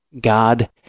God